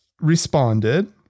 responded